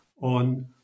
on